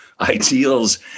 ideals